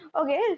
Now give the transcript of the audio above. okay